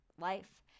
life